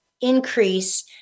increase